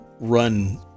run